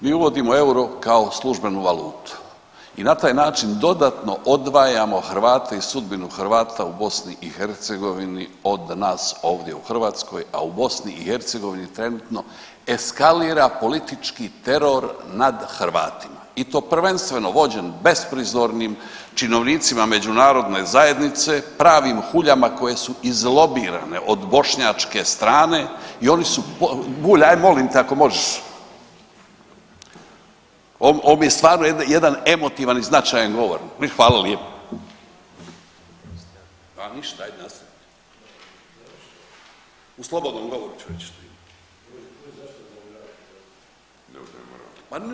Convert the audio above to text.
Mi uvodimo euro kao službenu valutu i na taj način dodatno odvajamo Hrvate i sudbinu Hrvata u BiH od nas ovdje u Hrvatskoj, a u BiH trenutno eskalira politički teror nad Hrvatima i to prvenstveno vođen besprizornim činovnicima međunarodne zajednice, pravim huljama koje su izlobirane od Bošnjačke strane i oni su, Bulj molim te ako možeš, ovo mi je stvarno jedan emotivan i značajan govor, hvala lijepo [[Upadica: A ništa ajd nastavi.]] u slobodnom govoru ću reći šta imam.